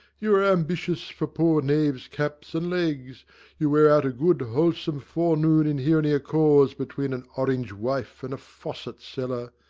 you are ambitious for poor knaves' caps and legs you wear out a good wholesome forenoon in hearing a cause between an orange-wife and fosset-seller,